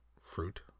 fruit